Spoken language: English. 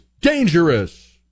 dangerous